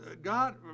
God